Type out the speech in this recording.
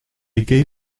gave